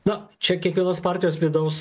na čia kiekvienos partijos vidaus